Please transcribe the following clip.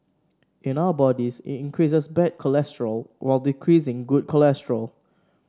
in our bodies it increases bad cholesterol while decreasing good cholesterol